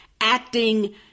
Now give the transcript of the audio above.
acting